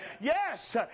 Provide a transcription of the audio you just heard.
Yes